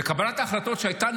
וקבלת ההחלטות שהייתה,